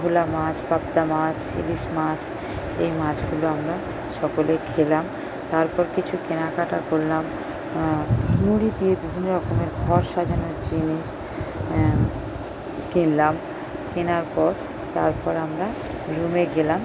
ভোলা মাছ পাবদা মাছ ইলিশ মাছ এই মাছগুলো আমরা সকলে খেলাম তারপর কিছু কেনাকাটা করলাম নুড়ি দিয়ে বিভিন্ন ঘর সাজানোর জিনিস কিনলাম কেনার পর তারপর আমরা রুমে গেলাম